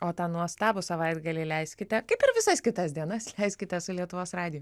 o tą nuostabų savaitgalį leiskite kaip ir visas kitas dienas leiskite su lietuvos radiju